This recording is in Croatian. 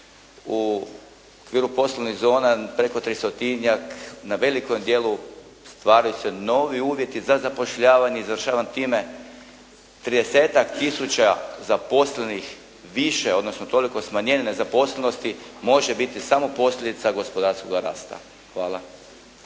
U okviru poslovnih zona preko tristotinjak na velikom dijelu stvaraju se novi uvjeti za zapošljavanje i završavam time, tridesetak tisuća zaposlenih više, odnosno toliko smanjenje nezaposlenosti može biti samo posljedica gospodarskoga rasta. Hvala.